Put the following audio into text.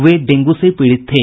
वे dengue से पीड़ित थे